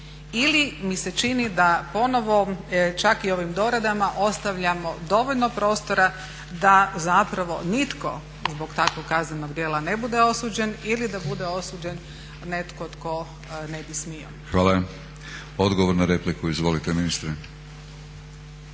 ili mi se čini da ponovno čak i ovim doradama ostavljamo dovoljno prostora da zapravo nitko zbog takvog kaznenog djela ne bude osuđen ili da bude osuđen netko tko ne bi smio. **Batinić, Milorad (HNS)** Hvala. Odgovor na repliku. Izvolite ministre.